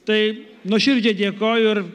tai nuoširdžiai dėkoju ir